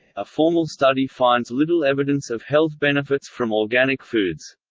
a formal study finds little evidence of health benefits from organic foods.